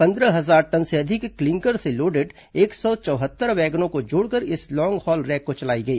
पंद्रह हजार टन से अधिक क्लिंकर से लोडेड एक सौ चौहत्तर वैगनों को जोड़कर इस लॉन्ग हॉल रैक को चलाई गई